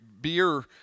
Beer